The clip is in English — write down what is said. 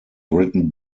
written